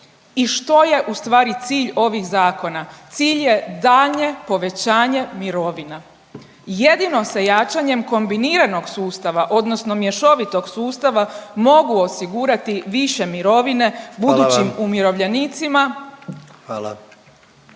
i što je ustvari cilj ovih zakona? Cilj je daljnje povećanje mirovina. Jedino sa jačanjem kombiniranog sustava odnosno mješovitog sustava mogu osigurati više mirovine…/Upadica predsjednik: Hvala